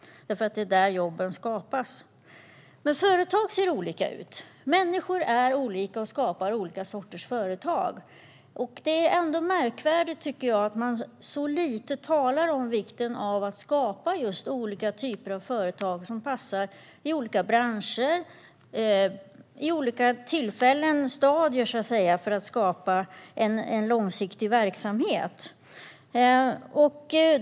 Det är nämligen där jobben skapas. Företag ser dock olika ut. Människor är olika och skapar olika sorters företag. Jag tycker ändå att det är märkvärdigt att man så lite talar om vikten av att skapa just olika typer av företag som passar i olika branscher och vid olika tillfällen - i olika stadier, så att säga - för att skapa en långsiktig verksamhet.